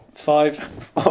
Five